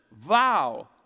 vow